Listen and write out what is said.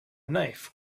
knife